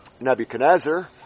Nebuchadnezzar